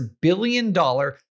billion-dollar